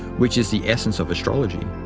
which is the essence of astrology.